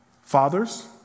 fathers